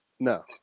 No